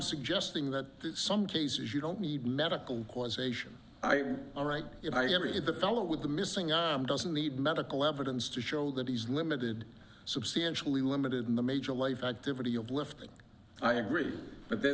suggesting that some cases you don't need medical causation i'm all right if i have read the fellow with the missing out doesn't need medical evidence to show that he's limited substantially limited in the major life activity of lifting i agree but the